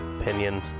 opinion